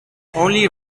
only